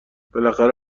بالاخره